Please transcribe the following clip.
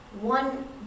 one